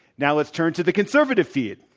now let's turn to the conservative feed.